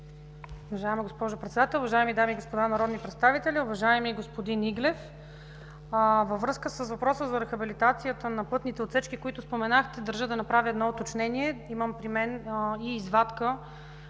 Уважаема госпожо Председател, уважаеми дами и господа народни представители, уважаеми господин Иглев! Във връзка с въпроса за рехабилитацията на пътните отсечки, които споменахте, държа да направя едно уточнение. Имам при мен и разпечатка